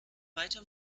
weiter